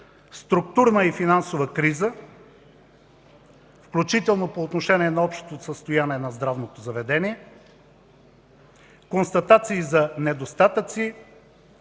Структурна и финансова криза, включително по отношение на общото състояние на здравното заведение, констатации за недостатъци,